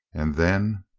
and then?